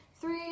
Three